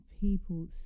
people